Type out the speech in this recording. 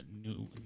new